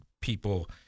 people